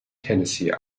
tennessee